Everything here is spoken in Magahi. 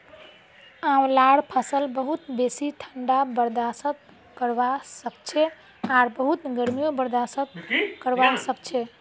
आंवलार फसल बहुत बेसी ठंडा बर्दाश्त करवा सखछे आर बहुत गर्मीयों बर्दाश्त करवा सखछे